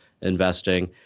investing